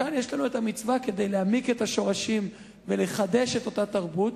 כאן יש לנו מצווה להעמיק את השורשים ולחדש את אותה תרבות,